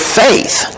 faith